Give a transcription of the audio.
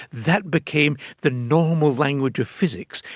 that became the normal language of physics,